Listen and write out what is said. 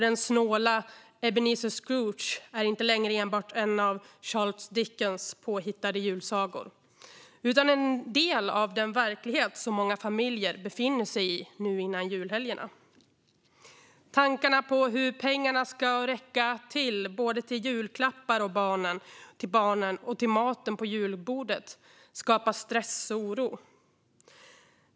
Den snåle Ebenezer Scrooge är inte längre enbart en karaktär i en av Charles Dickens påhittad julsaga utan en del av den verklighet som många familjer befinner sig i nu innan julhelgerna. Tankarna på hur pengarna ska räcka till både julklappar till barnen och mat på julbordet skapar stress och oro.